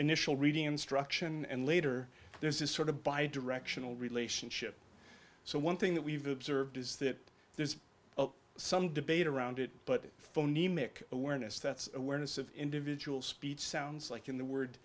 initial reading instruction and later this is sort of by a directional relationship so one thing that we've observed is that there is some debate around it but it phony mc awareness that awareness of individual speech sounds like in the word